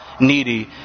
needy